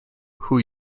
who